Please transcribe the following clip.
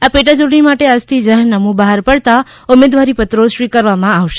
આ પેટાચૂંટણી માટે આજથી જાહેરનામું બહાર પડતાં ઉમેદવારીપત્રો સ્વીકારવામાં આવશે